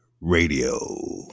Radio